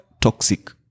toxic